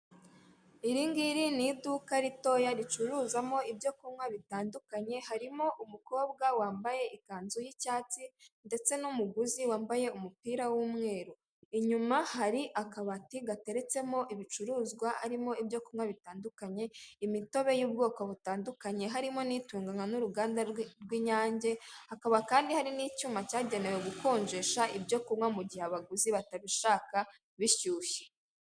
Iri ngiri ni iduka ritoya ricuruzamo ibyo kunywa bitandukanye, harimo umukobwa wambaye ikanzu y'icyatsi ndetse n'umuguzi wambaye umupira w'umweru. Inyuma hari akabati gateretsemo ibicuruzwa harimo ibyo kunywa bitandukanye, imitobe y'ubwoko butandukanye, harimo n'itunganywa n'uruganda rw'Inyange, hakaba kandi hari n'icyuma cyagenewe gukonjesha ibyo kunywa mu gihe abaguzi batabishaka bishyushye.